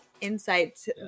insights